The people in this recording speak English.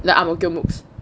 the ang mo kio mooks